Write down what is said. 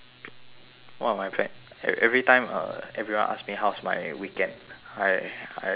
what are my plan ev~ every time uh everyone ask me how's my weekend I I feel very awkward